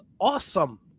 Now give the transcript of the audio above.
awesome